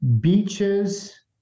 Beaches